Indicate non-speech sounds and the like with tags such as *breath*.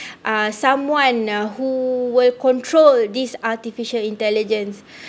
uh someone who will control this artificial intelligence *breath*